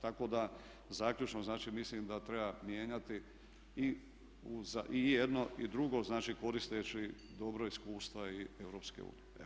Tako da zaključno značim mislim da treba mijenjati i jedno i drugo znači koristeći dobro iskustva i EU.